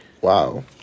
Wow